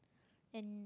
and